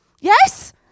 Yes